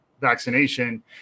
Vaccination